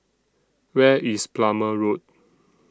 Where IS Plumer Road